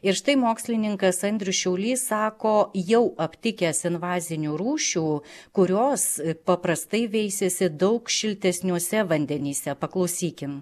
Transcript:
ir štai mokslininkas andrius šiaulys sako jau aptikęs invazinių rūšių kurios paprastai veisiasi daug šiltesniuose vandenyse paklausykim